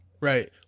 Right